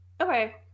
Okay